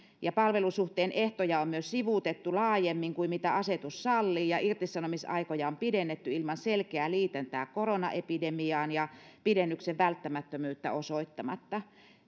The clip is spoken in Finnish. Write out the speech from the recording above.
palvelusuhteen ehtoja on myös sivuutettu laajemmin kuin mitä asetus sallii ja irtisanomisaikoja on pidennetty ilman selkeää liitäntää koronaepidemiaan ja pidennyksen välttämättömyyttä osoittamatta